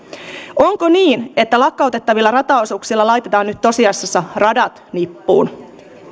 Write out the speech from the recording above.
onko niin että lakkautettavilla rataosuuksilla laitetaan nyt tosiasiassa radat nippuun